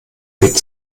wird